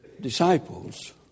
disciples